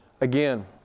again